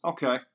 Okay